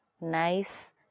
nice